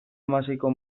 hamaseiko